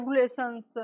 regulations